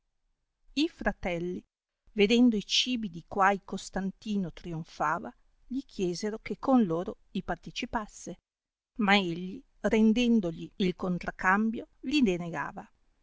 i fratelli vedendo i cibi di quai costantino trionfava li chiesero che con loro i partecipasse ma egli rendendogli il contracambio li denegava